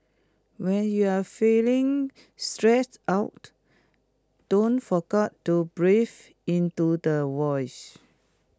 when you are feeling stressed out don't forget to breathe into the voids